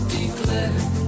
declared